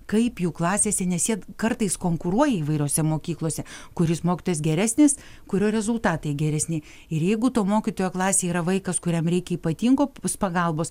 kaip jų klasėse nes jie kartais konkuruoja įvairiose mokyklose kuris mokytojas geresnis kurio rezultatai geresni ir jeigu to mokytojo klasėj yra vaikas kuriam reikia ypatingos pagalbos